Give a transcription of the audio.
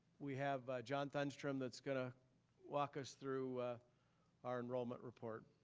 we have john thunstrom that's gonna walk us through our enrollment report.